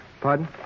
Pardon